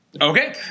Okay